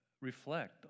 reflect